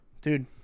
Dude